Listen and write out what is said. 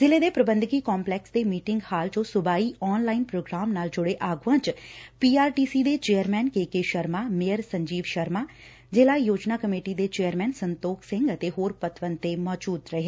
ਜ਼ਿਲ੍ਹੇ ਦੇ ਪ੍ਰਬੰਧਕੀ ਕੰਪਲੈਕਸ ਦੇ ਮੀਟਿੰਗ ਹਾਲ ਚੋਂ ਸੂਬਾਈ ਆਨ ਲਾਈਨ ਪ੍ਰੋਗਰਾਮ ਨਾਲ ਜੁੜੇ ਆਗੂਆਂ ਚ ਪੀਆਰਟੀਸੀ ਦੇ ਚੇਅਰਮੈਨ ਕੇਕੇ ਸ਼ਰਮਾ ਮੇਅਰ ਸੰਜੀਵ ਸ਼ਰਮਾ ਜ਼ਿਲ੍ਹਾ ਯੋਜਨਾ ਕਮੇਟੀ ਦੇ ਚੇਅਰਮੈਨ ਸੰਤੋਖ ਸਿੰਘ ਅਤੇ ਹੋਰ ਪਤਵੰਤੇ ਮੌਜੁਦ ਸਨ